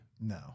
No